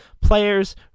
players